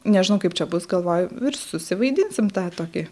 nežinau kaip čia bus galvoju ir susivaidysim tą tokį